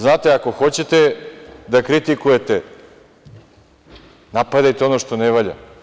Znate, ako hoćete da kritikujete, napadajte ono što ne valja.